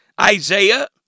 Isaiah